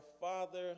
father